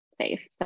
safe